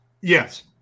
Yes